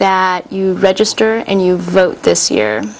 that you register and you vote this year